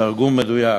בתרגום מדויק,